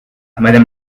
madame